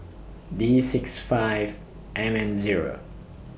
D six five M N Zero